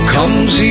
Comes